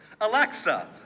Alexa